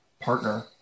partner